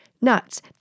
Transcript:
nuts